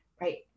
right